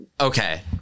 okay